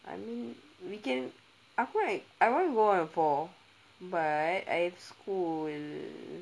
I mean we can aku like I want to go out at four but I have school